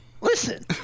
Listen